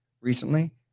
recently